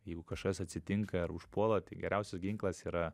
jeigu kažkas atsitinka ar užpuola tai geriausias ginklas yra